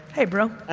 hey, bro.